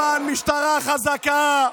למען משטרה חזקה,